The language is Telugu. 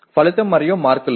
ఫలితం మరియు మార్కులు